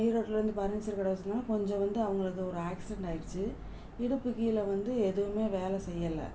ஈரோட்டில வந்து பர்னிச்சர் கடை வச்சிருந்தாங்க கொஞ்சம் வந்து அவங்களுக்கு ஒரு ஆக்சிடெண்ட் ஆயிடுச்சு இடுப்புக் கீழே வந்து எதுவுமே வேலை செய்யலை